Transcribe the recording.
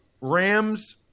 Rams